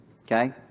Okay